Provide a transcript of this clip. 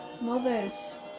Mothers